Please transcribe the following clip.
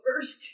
first